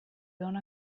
dóna